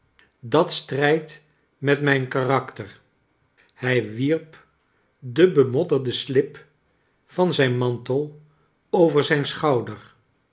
dat strijdt met mijn karakterl hij wierp den bemodderden slip van zijn mantel over zijn schouder